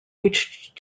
reached